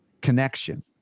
connection